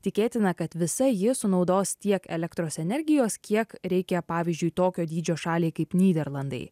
tikėtina kad visa ji sunaudos tiek elektros energijos kiek reikia pavyzdžiui tokio dydžio šaliai kaip nyderlandai